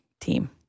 team